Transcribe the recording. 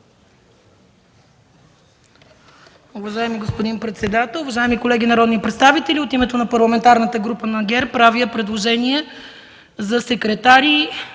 Уважаеми господин председател, уважаеми колеги народни представители! От името на Парламентарната група на ГЕРБ правя предложение за секретари